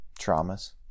traumas